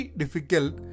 difficult